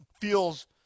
feels